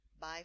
Bye